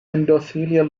endothelial